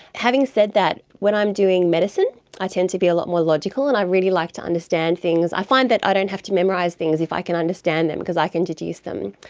having said that, when i'm doing medicine i tend to be a lot more logical, and i really like to understand things, i find that i don't have to memorise things if i can understand them because i can deduce them,